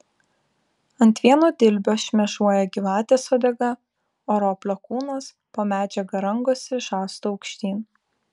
ant vieno dilbio šmėžuoja gyvatės uodega o roplio kūnas po medžiaga rangosi žastu aukštyn